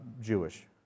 Jewish